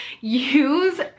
use